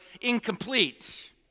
incomplete